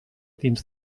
dins